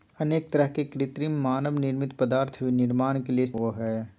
अनेक तरह के कृत्रिम मानव निर्मित पदार्थ भी निर्माण के लिये इस्तेमाल होबो हइ